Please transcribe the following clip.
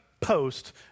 post